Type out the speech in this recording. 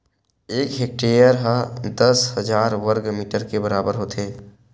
एक हेक्टेअर हा दस हजार वर्ग मीटर के बराबर होथे